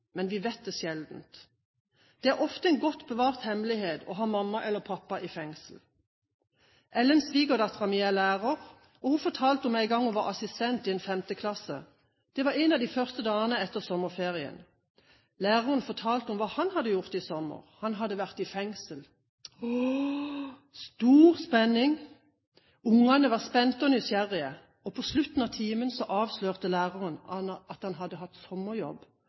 men vi vet det sjelden. Det er ofte en godt bevart hemmelighet å ha mamma eller pappa i fengsel. Ellen, svigerdatteren min, er lærer, og hun fortalte meg om en gang hun var assistent i en 5. klasse. Det var en av de første dagene etter sommerferien. Læreren fortalte om hva han hadde gjort i sommer. Han hadde vært i fengsel! Å, stor spenning! Ungene var spente og nysgjerrige. På slutten av timen avslørte læreren at han hadde hatt